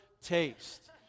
taste